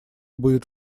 будет